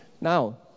Now